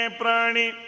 prani